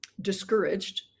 discouraged